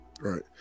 Right